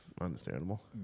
understandable